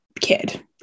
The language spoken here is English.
kid